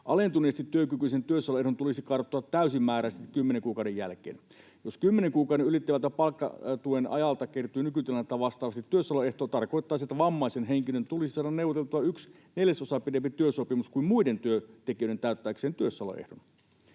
Alentuneesti työkykyisen työssäoloehdon tulisi karttua täysimääräisesti kymmenen kuukauden jälkeen. Jos kymmenen kuukautta ylittävältä palkkatuen ajalta kertyy nykytilannetta vastaavasti työssäoloehtoa, tarkoittaa se, että vammaisen henkilön tulisi saada neuvoteltua yksi neljäsosa pidempi työsopimus kuin muiden työntekijöiden täyttääkseen työssäoloehdon.